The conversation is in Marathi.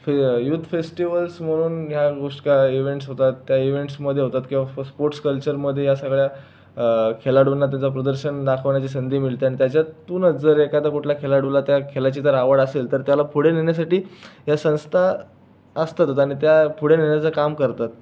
युथ फेस्टिव्हल्स म्हणून या इवेंट्स होतात त्या इवेंट्समध्ये होतात किंवा स्पोट्स कल्चरमध्ये या सगळ्या खेळाडूंना त्यांचं प्रदर्शन दाखवण्याची संधी मिळते आणि त्याच्यातूनच जर एखाद्या कुठल्या खेळाडूला त्या खेळाची जर आवड असेल तर त्याला पुढे नेण्यासाठी या संस्था असतातच आणि त्या पुढे नेण्याचं काम करतात